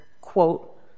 quote